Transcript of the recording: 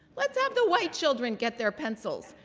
let's have the white children get their pencils.